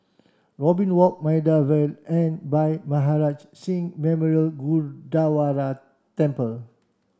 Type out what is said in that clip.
Robin Walk Maida Vale and Bhai Maharaj Singh Memorial Gurdwara Temple